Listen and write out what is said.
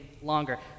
longer